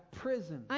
prison